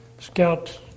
Scout's